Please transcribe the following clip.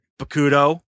Bakudo